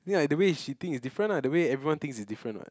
ya the way she think is different lah the way everyone thinks is different what